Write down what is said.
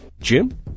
Jim